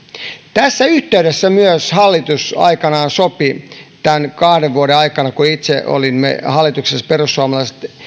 tässä yhteydessä myös hallitus aikoinaan sopi sen kahden vuoden aikana kun me perussuomalaiset itse olimme hallituksessa